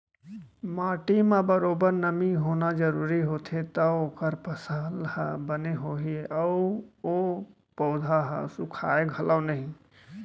माटी म बरोबर नमी होना जरूरी होथे तव ओकर फसल ह बने होही अउ ओ पउधा ह सुखाय घलौ नई